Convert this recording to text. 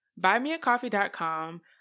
buymeacoffee.com